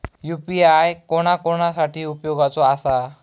UPI कोणा कोणा साठी उपयोगाचा आसा?